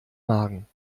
magen